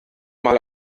mal